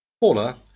Paula